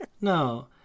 No